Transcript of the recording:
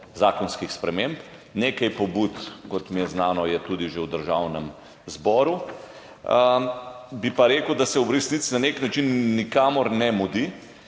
zakonskih sprememb. Nekaj pobud, kot mi je znano, je tudi že v Državnem zboru. Bi pa rekel, da se v resnici na nek način nikamor ne mudi,